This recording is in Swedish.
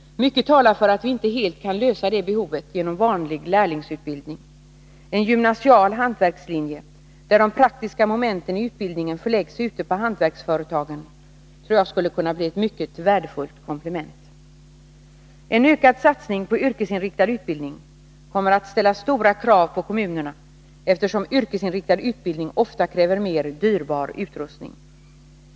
Mycket talar för att vi inte helt kan lösa det behovet genom vanlig lärlingsutbildning. En gymnasial hantverkslinje där de praktiska momenten i utbildningen förläggs ute på hantverksföretagen tror jag skulle kunna bli ett mycket värdefullt komplement. En ökad satsning på yrkesinriktad utbildning kommer att ställa stora krav på kommunerna, eftersom yrkesinriktad utbildning ofta kräver mer dyrbar utrustning.